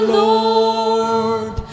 lord